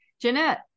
Jeanette